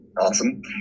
awesome